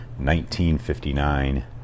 1959